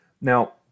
Now